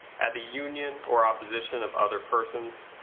at the union or opposition of other persons.